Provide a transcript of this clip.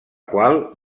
qual